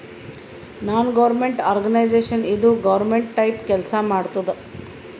ನಾನ್ government organisation ಇದು government type ಕೆಲ್ಸಾ ಮಾಡತ್ತುದ್